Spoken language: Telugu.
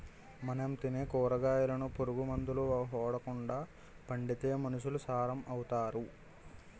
మనం తినే కూరగాయలను పురుగు మందులు ఓడకండా పండిత్తే మనుసులు సారం అవుతారు